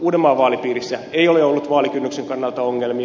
uudenmaan vaalipiirissä ei ole ollut vaalikynnyksen kannalta ongelmia